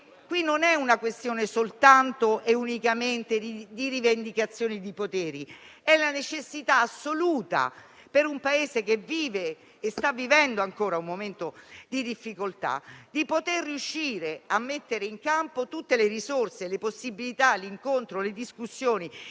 che non è soltanto e unicamente una questione di rivendicazione di poteri, ma vi è la necessità assoluta, per un Paese che vive e sta vivendo ancora un momento di difficoltà, di riuscire a mettere in campo tutte le risorse, le possibilità d'incontro e le discussioni